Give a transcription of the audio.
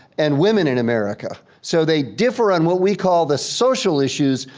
and women in america. so they differ on what we call the social issues,